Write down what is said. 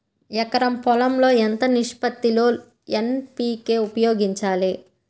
ఎకరం పొలం లో ఎంత నిష్పత్తి లో ఎన్.పీ.కే ఉపయోగించాలి?